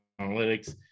analytics